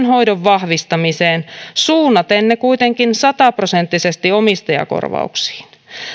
hoidon vahvistamiseen suunnaten ne kuitenkin sataprosenttisesti omistajakorvauksiin